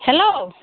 hello